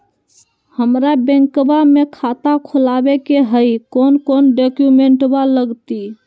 हमरा बैंकवा मे खाता खोलाबे के हई कौन कौन डॉक्यूमेंटवा लगती?